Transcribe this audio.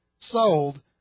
sold